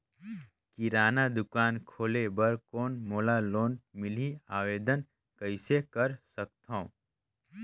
किराना दुकान खोले बर कौन मोला लोन मिलही? आवेदन कइसे कर सकथव?